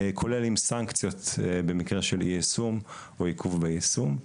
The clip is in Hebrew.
כולל עם סנקציות במקרה של אי יישום או עיכוב ביישום.